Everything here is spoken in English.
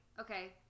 Okay